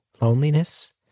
loneliness